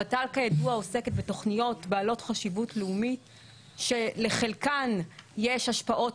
הוות"ל כידוע עוסקת בתוכניות בעלות חשיבות לאומית שלחלקן יש השפעות